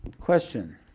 Question